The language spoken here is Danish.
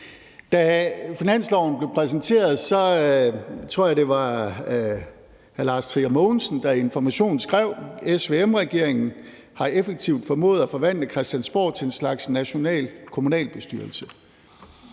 Da finanslovsaftalen blev præsenteret, var det Lars Trier Mogensen, tror jeg, der i Information skrev: SVM-regeringen har effektivt formået at forvandle Christiansborg til en slags national kommunalbestyrelse.